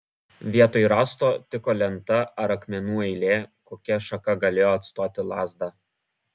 vietoj rąsto tiko lenta ar akmenų eilė kokia šaka galėjo atstoti lazdą